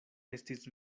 estis